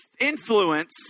influence